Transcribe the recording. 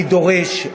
אני דורש,